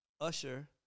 Usher